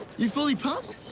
you fully pumped?